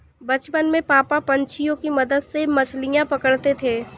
बचपन में पापा पंछियों के मदद से मछलियां पकड़ते थे